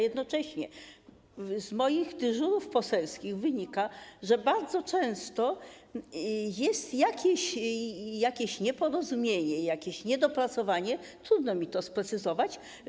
Jednocześnie z moich dyżurów poselskich wynika, że bardzo często jest jakieś nieporozumienie, jakieś niedopracowanie, trudno mi to sprecyzować.